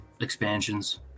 expansions